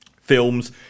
films